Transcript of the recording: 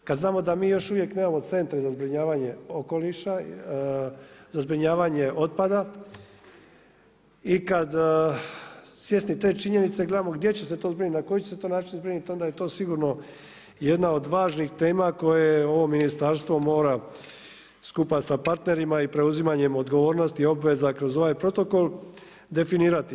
Kad znamo da mi još uvijek nemamo centre za zbrinjavanje okoliša, za zbrinjavanje otpada i kad svjesni te činjenice gledamo gdje će se to zbrinuti, na koji će se to način zbrinuti, onda je to sigurno jedna od važnih tema koje je ovo Ministarstvo mora skupa sa partnerima i preuzimanjem odgovornosti i obveza kroz ovaj protokol definirati.